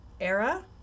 era